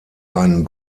einen